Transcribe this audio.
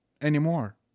anymore